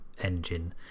engine